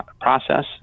process